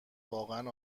واقعا